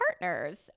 partners